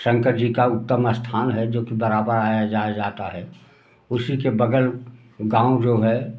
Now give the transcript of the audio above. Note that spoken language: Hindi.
शंकर जी का उत्तम स्थान है जो कि बराबर आया जाया जाता है उसी के बगल गाँव जो है